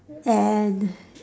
and